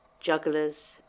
Jugglers